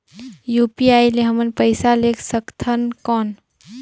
UPI ले हमन पइसा ले सकथन कौन?